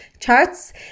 Charts